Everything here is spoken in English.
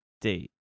date